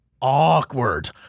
awkward